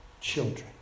children